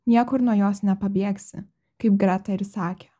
niekur nuo jos nepabėgsi kaip greta ir sakė